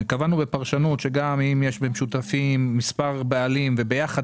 קבענו בפרשנות שגם אם יש משותפים מספר בעלים וביחד